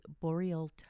boreal